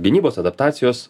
gynybos adaptacijos